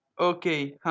Okay